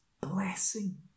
blessing